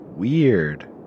Weird